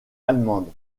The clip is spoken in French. allemande